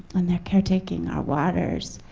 and they're care taking our waters.